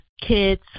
kids